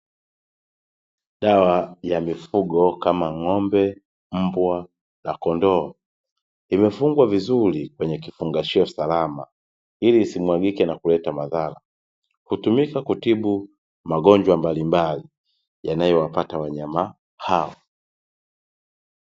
Dawa ya mifugo kama ng'ombe, mbwa na kondoo imefungwa vizuri kwenye kifungashio salama ili isimwagike na kuleta madhara ,kutumika kutibu magonjwa mbalimbali yanayowapata wanyama hao.